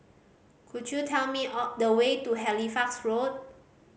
could you tell me the way to Halifax Road